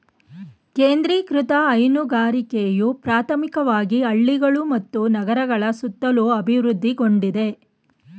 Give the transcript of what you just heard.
ಕೇಂದ್ರೀಕೃತ ಹೈನುಗಾರಿಕೆಯು ಪ್ರಾಥಮಿಕವಾಗಿ ಹಳ್ಳಿಗಳು ಮತ್ತು ನಗರಗಳ ಸುತ್ತಲೂ ಅಭಿವೃದ್ಧಿಗೊಂಡಿದೆ